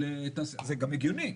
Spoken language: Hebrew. זה גם הגיוני.